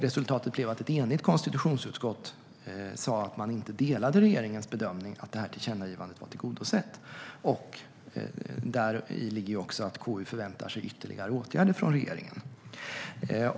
Resultatet blev att ett enigt konstitutionsutskott sa att man inte delade regeringens bedömning att tillkännagivandet var tillgodosett. Däri ligger också att KU förväntar sig ytterligare åtgärder från regeringen.